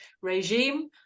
regime